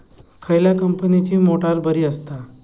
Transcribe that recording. खयल्या कंपनीची मोटार बरी असता?